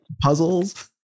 Puzzles